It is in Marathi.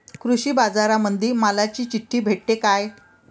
कृषीबाजारामंदी मालाची चिट्ठी भेटते काय?